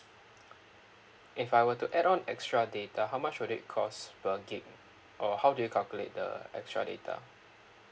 if I were to add on extra data how much would it cost per gig or how do you calculate the extra data